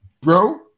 Bro